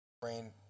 brain